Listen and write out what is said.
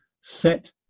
set